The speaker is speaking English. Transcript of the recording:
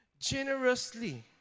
Generously